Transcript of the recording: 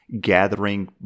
gathering